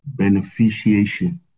beneficiation